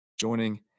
Joining